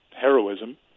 heroism